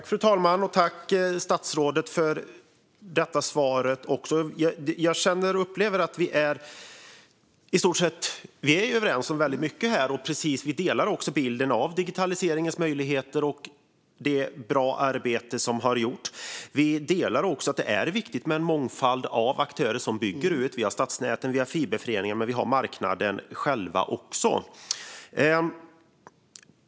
Fru talman! Jag tackar statsrådet också för detta svar. Vi är överens om väldigt mycket här. Vi delar också bilden av digitaliseringens möjligheter och det arbete som har gjorts och är bra. Vi delar också att det är viktigt med en mångfald av aktörer som bygger ut. Vi har stadsnäten, vi har fiberföreningar och vi har marknaden själv också.